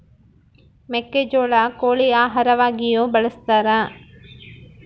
ಮೆಕ್ಕೆಜೋಳ ಕೋಳಿ ಆಹಾರವಾಗಿಯೂ ಬಳಸತಾರ